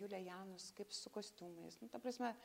julia janus kaip su kostiumais nu ta prasme